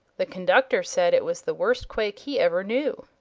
the conductor said it was the worst quake he ever knew.